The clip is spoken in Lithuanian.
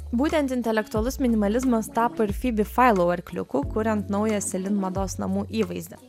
būtent intelektualus minimalizmas tapo ir fibi failau arkliuku kuriant naują celine mados namų įvaizdį